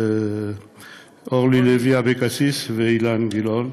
אורלי לוי אבקסיס ואילן גילאון.